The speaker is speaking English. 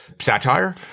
satire